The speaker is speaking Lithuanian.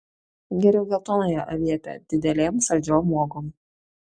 geriau geltonąją avietę didelėm saldžiom uogom